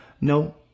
No